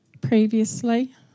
previously